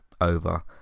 over